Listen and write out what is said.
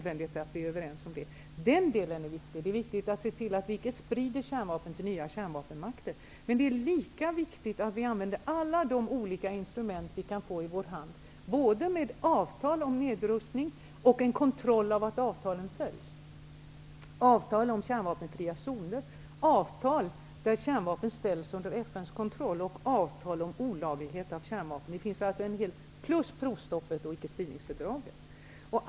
Vi borde vara överens om att den delen är viktig. Det är även viktigt att vi inte sprider kärnvapen till nya kärnvapenmakter. Men det är lika betydelsefullt att vi använder de olika instrument som vi kan få i vår hand, både avtal om nedrustning och en kontroll av att avtalen följs, avtal om kärnvapenfria zoner, avtal där kärnvapen ställs under FN:s kontroll och avtal om olagligheten med kärnvapen. Därtill kommer provstoppet och ickespridningsfördraget.